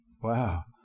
Wow